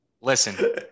Listen